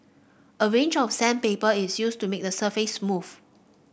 a range of sandpaper is used to make the surface smooth